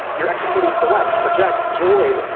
you're executing select, project, join,